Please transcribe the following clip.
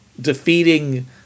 Defeating